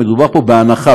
מדובר פה בהנחה,